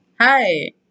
Hi